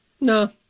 No